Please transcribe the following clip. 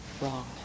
wrong